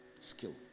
skill